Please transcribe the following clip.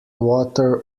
water